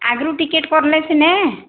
ଆଗରୁ ଟିକେଟ୍ କରଲେ ସିନେ